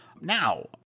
Now